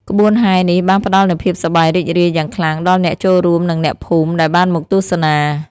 ក្បួនហែរនេះបានផ្តល់នូវភាពសប្បាយរីករាយយ៉ាងខ្លាំងដល់អ្នកចូលរួមនិងអ្នកភូមិដែលបានមកទស្សនា។